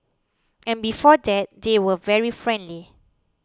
and before that they were very friendly